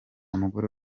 mugore